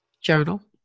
Journal